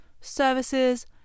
services